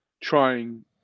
trying